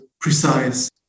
precise